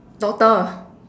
doctor